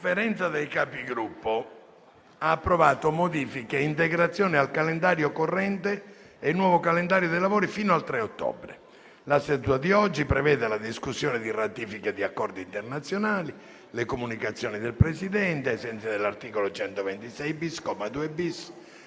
La Conferenza dei Capigruppo ha approvato modifiche e integrazioni al calendario corrente e il nuovo calendario dei lavori fino al 3 ottobre. La seduta di oggi prevede la discussione di ratifiche di accordi internazionali e le comunicazioni del Presidente, ai sensi dell'articolo 126-*bis*,